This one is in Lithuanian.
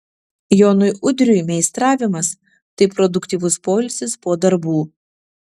jonui udriui meistravimas tai produktyvus poilsis po darbų